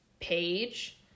page